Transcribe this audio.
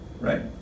right